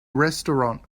restaurant